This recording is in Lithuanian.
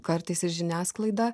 kartais ir žiniasklaida